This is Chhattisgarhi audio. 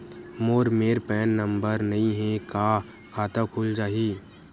मोर मेर पैन नंबर नई हे का खाता खुल जाही?